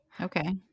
okay